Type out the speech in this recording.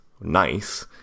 Nice